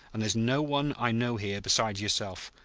and there's no one i know here besides yourself.